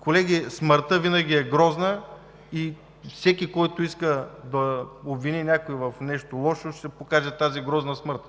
Колеги, смъртта винаги е грозна, и всеки който иска да обвини някой в нещо лошо, ще покаже тази грозна смърт.